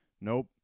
Nope